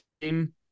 team